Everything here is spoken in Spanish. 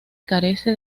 carece